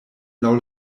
laŭ